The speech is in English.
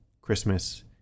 Christmas